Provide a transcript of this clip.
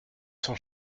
sans